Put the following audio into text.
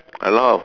a lot